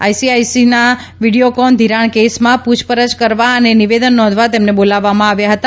ICICI Videocon ધિરાણ કેસમાં પૂછપરછ કરવા અને નિવદેન નોંધવા તેમને બોલાવવામાં આવ્યા હતા